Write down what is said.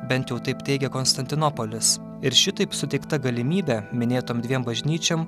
bent jau taip teigia konstantinopolis ir šitaip suteikta galimybė minėtom dviem bažnyčiom